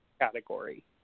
category